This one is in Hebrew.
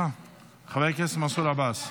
סליחה, חבר הכנסת מנסור עבאס.